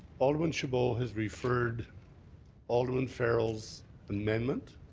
alderman chabot has referred alderman farrell's amendment